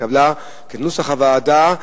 התקבל כנוסח הוועדה,